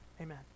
amen